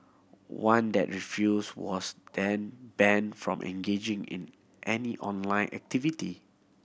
one that refused was then banned from engaging in any online activity